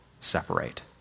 separate